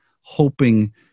hoping